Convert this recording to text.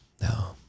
no